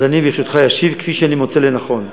אז אני, ברשותך, אשיב כפי שאני מוצא לנכון.